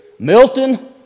Milton